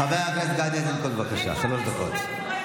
חבר הכנסת גדי איזנקוט, בבקשה, שלוש דקות.